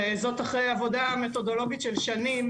זאת אחרי עבודה מתודולוגית של שנים,